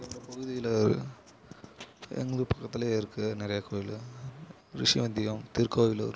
எங்கள் பகுதியில் எங்களுக்கு பக்கத்திலே இருக்குது நிறையா கோயில் ரிஷிவந்தியம் திருக்கோவிலூர்